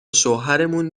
شوهرمون